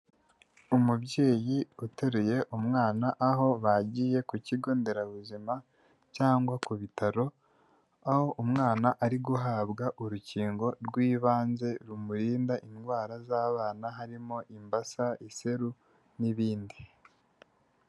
Umubyeyi uteruye umwana, aho bagiye ku kigo nderabuzima cyangwa ku bitaro aho umwana ari guhabwa urukingo rw'ibanze rumurinda indwara z'abana harimo imbasa, iseru, n'ibindi.